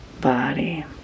body